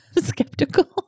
skeptical